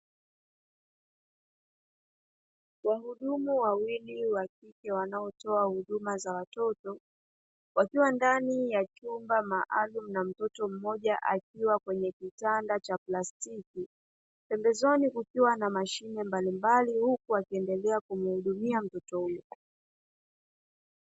Wahudumu wawili wa kike wanaotoa huduma za watoto, wakiwa ndani ya chumba maalumu na mtoto mmoja akiwa kwenye kitanda cha plastiki; pembezoni kukiwa na mashine mbalimbali, huku wakiendelea kumhudumia mtoto huyo.